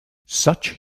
such